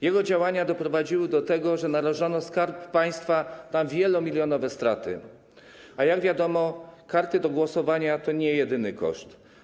Jego działania doprowadziły do tego, że narażono Skarb Państwa na wielomilionowe straty, a jak wiadomo, karty do głosowania to nie jest jedyny koszt.